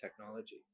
technology